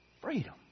Freedom